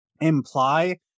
imply